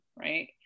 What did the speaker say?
right